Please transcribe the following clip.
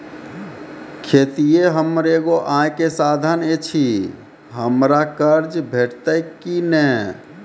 खेतीये हमर एगो आय के साधन ऐछि, हमरा कर्ज भेटतै कि नै?